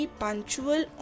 punctual